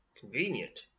Convenient